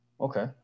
Okay